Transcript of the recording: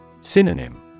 Synonym